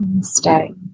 stay